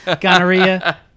gonorrhea